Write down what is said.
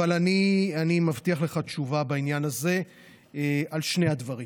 אבל אני מבטיח לך תשובה בעניין הזה על שני הדברים.